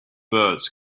birds